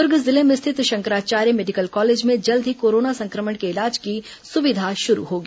दुर्ग जिले में स्थित शंकराचार्य मेडिकल कॉलेज में जल्द ही कोरोना संक्रमण के इलाज की सुविधा शुरू होगी